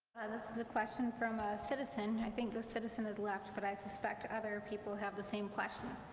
and this is a question from a citizen, i think the citizen has left, but i suspect other people have the same question.